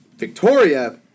Victoria